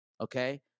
Okay